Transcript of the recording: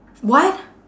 what